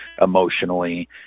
emotionally